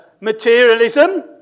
materialism